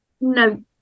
no